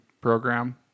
program